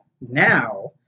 now